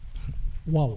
Wow